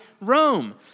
Rome